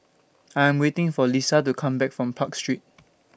I'm waiting For Lesa to Come Back from Park Street